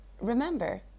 Remember